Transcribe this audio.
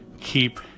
Keep